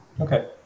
Okay